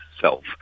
self